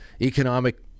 economic